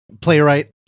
Playwright